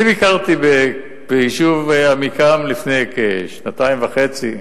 אני ביקרתי ביישוב עמיקם לפני כשנתיים וחצי,